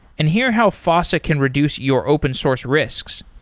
and hear how fossa can reduce your open source risks.